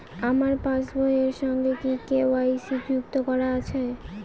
আমার পাসবই এর সঙ্গে কি কে.ওয়াই.সি যুক্ত করা আছে?